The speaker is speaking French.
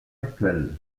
actuelle